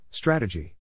Strategy